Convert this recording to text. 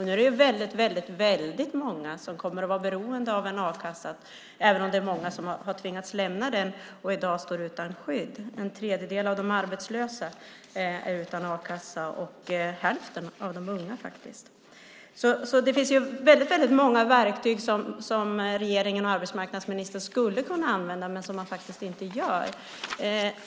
Nu är det väldigt många som är beroende av en a-kassa, även om det är många som har tvingats lämna den och i dag står utan skydd. En tredjedel av de arbetslösa är utan a-kassa och faktiskt hälften av de unga. Det finns väldigt många verktyg som regeringen och arbetsmarknadsministern skulle kunna använda men som de inte använder.